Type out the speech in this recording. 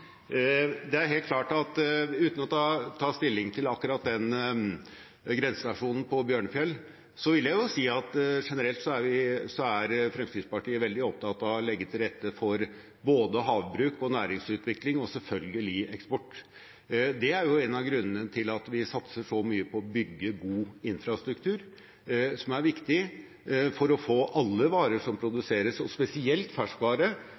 det er helt klart at generelt er Fremskrittspartiet veldig opptatt av å legge til rette for både havbruk og næringsutvikling, og selvfølgelig eksport. Det er en av grunnene til at vi satser så mye på å bygge god infrastruktur, som er viktig for å få alle varer som produseres – og spesielt ferskvare